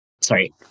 sorry